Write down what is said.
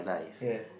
ya